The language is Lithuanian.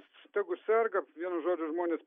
tegu serga vienu žodžiu žmonės